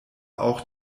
auch